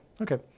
Okay